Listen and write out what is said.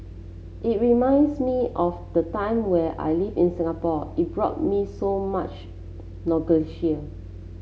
it reminds me of the time where I lived in Singapore it brought me so much